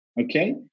okay